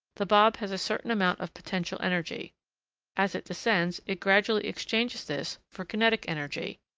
the bob has a certain amount of potential energy as it descends it gradually exchanges this for kinetic energy,